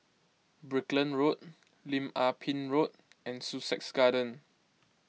Brickland Road Lim Ah Pin Road and Sussex Garden